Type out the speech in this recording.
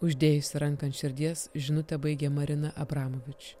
uždėjusi ranką ant širdies žinutę baigė marina abramovič